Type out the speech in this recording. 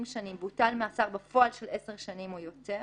שנים והוטל מאסר בפועל של עשר שנים או יותר,